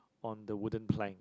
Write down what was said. on the wooden plank